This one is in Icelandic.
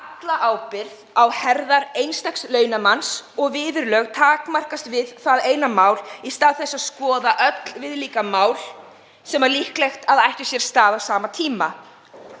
alla ábyrgð á herðar einstaks launamanns og viðurlög takmarkast við það eina mál í stað þess að skoða öll viðlíka mál sem líklegt er að ættu sér stað á sama tíma.